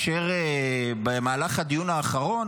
במהלך הדיון האחרון